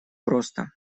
просто